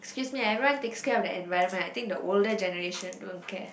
excuse me everyone take cares the environment I think the older generation don't care